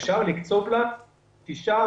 אפשר לקצוב לה תשעה,